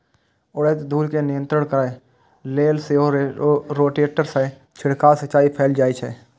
उड़ैत धूल कें नियंत्रित करै लेल सेहो रोटेटर सं छिड़काव सिंचाइ कैल जाइ छै